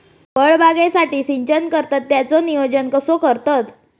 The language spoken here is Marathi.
फळबागेसाठी सिंचन करतत त्याचो नियोजन कसो करतत?